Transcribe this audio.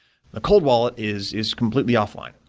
the cold wallet is is completely offline.